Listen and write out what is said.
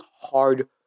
hard